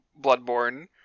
Bloodborne